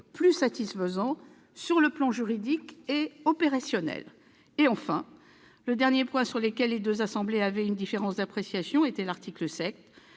plus satisfaisant sur le plan juridique et opérationnel. Enfin, le dernier point sur lequel les deux assemblées avaient une différence d'appréciation était l'article 7,